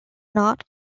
not